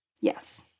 Yes